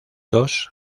dos